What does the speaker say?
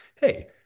hey